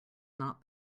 not